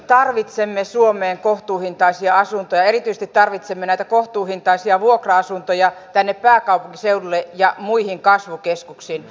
tarvitsemme suomeen kohtuuhintaisia asuntoja erityisesti tarvitsemme näitä kohtuuhintaisia vuokra asuntoja tänne pääkaupunkiseudulle ja muihin kasvukeskuksiin